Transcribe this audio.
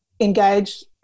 engage